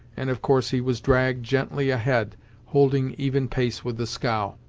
and of course he was dragged gently ahead holding even pace with the scow.